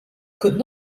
could